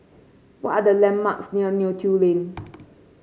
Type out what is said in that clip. what are the landmarks near Neo Tiew Lane